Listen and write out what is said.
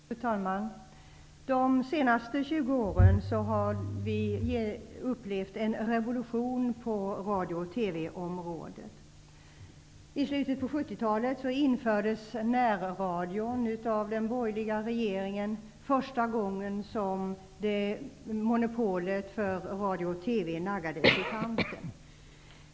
Fru talman! De senaste 20 åren har vi upplevt en revolution på radio och TV-området. I slutet av 1970-talet infördes närradion av den borgerliga regeringen. Det var första gången som monopolet för radio och TV naggades i kanten.